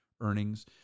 earnings